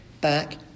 back